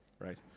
right